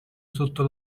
sotto